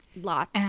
Lots